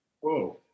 Whoa